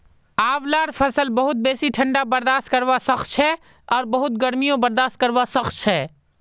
आंवलार फसल बहुत बेसी ठंडा बर्दाश्त करवा सखछे आर बहुत गर्मीयों बर्दाश्त करवा सखछे